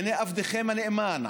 הינה עבדכם הנאמן,